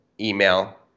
email